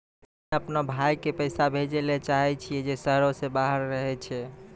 हम्मे अपनो भाय के पैसा भेजै ले चाहै छियै जे शहरो से बाहर रहै छै